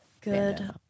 Good